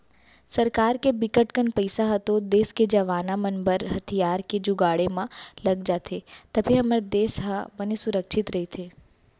सरकार के बिकट कन पइसा ह तो देस के जवाना मन बर हथियार के जुगाड़े म लग जाथे तभे हमर देस ह बने सुरक्छित रहिथे